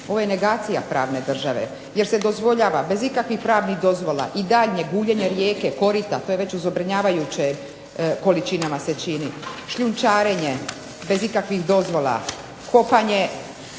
Ovo je negacija pravne države, jer se dozvoljava bez ikakvih pravnih dozvola i daljnje guljenje rijeke, korita, to je već u zabrinjavajuće količinama se čini, šljunčarenje bez ikakvih dozvola, kopanje